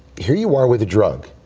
here you are with a drug,